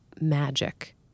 magic